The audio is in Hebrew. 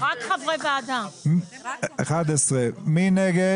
11. מי בעד?